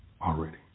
already